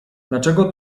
dlaczego